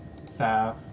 SAF